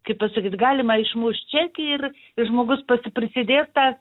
kaip pasakyt galima išmušt čekį ir ir žmogus pats prisidės tą